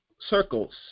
circles